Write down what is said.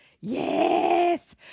yes